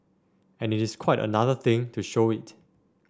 and it is quite another thing to show it